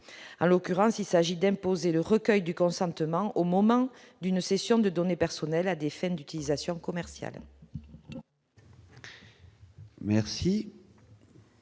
en l'occurrence, il s'agit d'imposer le recueil du consentement au moment d'une cession de données personnelles à des fins d'utilisation commerciale.